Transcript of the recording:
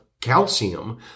calcium